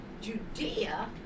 Judea